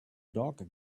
dog